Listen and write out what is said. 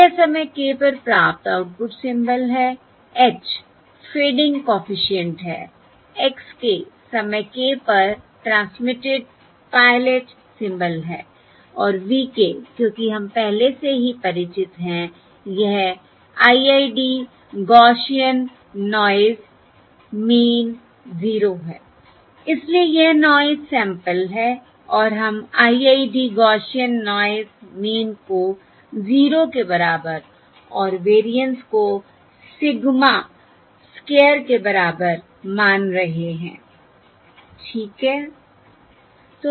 यह समय k पर प्राप्त आउटपुट सिम्बल है h फेडिंग कॉफिशिएंट है x k समय k पर ट्रांसमिटेड पायलट सिंबल है और v k क्योंकि हम पहले से ही परिचित हैं यह IID गौसियन नॉयस मीन 0 है इसलिए यह नॉयस सैंपल है और हम IID गौसियन नॉयस मीन को 0 के बराबर और वेरिएंस को सिग्मा स्क्वायर के बराबर मान रहे हैं ठीक है